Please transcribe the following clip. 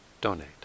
donate